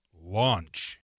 launch